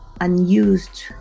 unused